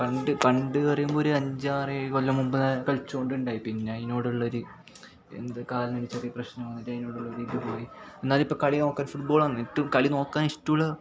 പണ്ട് പണ്ട് പറയുമ്പോൾ ഒരഞ്ചാറേഴ് കൊല്ലം മുൻപേ കളിച്ചു കൊണ്ടായിനി പിന്നെ അതിനോടുള്ളൊരു എന്ത് കാലിനൊരു ചെറിയ പ്രശ്നം അതിനോടുള്ളൊരു ഇതു പോയി എന്നാലിപ്പം കളിനോക്കുക ഫുട്ബോളാണ് ഏറ്റവും കളി നോക്കുക ഏറ്റവും ഇഷ്ടമുള്ള